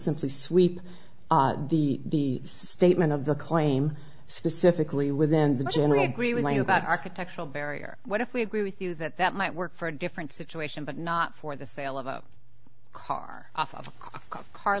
simply sweep the statement of the claim specifically within the generally agree with you about architectural barrier what if we agree with you that that might work for a different situation but not for the sale of a car off of a car